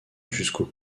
jusqu’aux